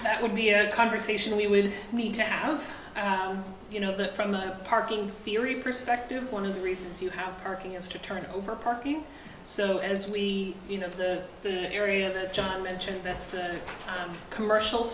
that would be a conversation we would need to have you know that from a parking theory perspective one of the reasons you have parking is to turn over parking so as we you know the area that john mentioned that's the commercial